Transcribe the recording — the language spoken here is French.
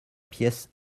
pièce